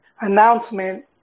announcement